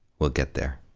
we'll get there.